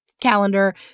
calendar